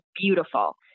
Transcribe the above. beautiful